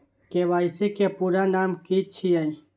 KYC के पूरा नाम की छिय?